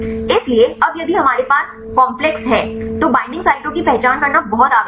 इसलिए अब यदि हमारे पास जटिल है तो बईंडिंग साइटों की पहचान करना बहुत आवश्यक है